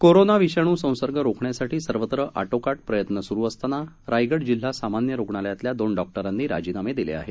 corona विषाणू संसर्ग रोखण्यासाठी सर्वत्र आटोकाट प्रयत्न स्रू असताना रायगड जिल्हा सामान्य रूग्णालयातल्या दोन डॉक्टरांनी राजीनामे दिले आहेत